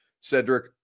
Cedric